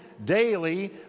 daily